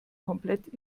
komplett